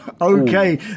okay